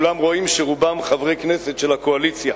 כולם רואים שרובם חברי כנסת של הקואליציה.